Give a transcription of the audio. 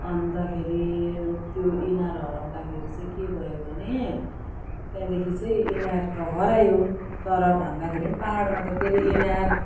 अन्तखेरि त्यो इनार हराउँदाखेरि चाहिँ के भयो भने त्यहाँदेखि चाहिँ इनार त हरायो तर भन्दाखेरि पनि पहाडमा त फेरि इनार